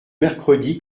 mercredi